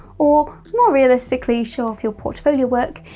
or more realistically, show off your portfolio work,